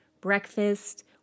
breakfast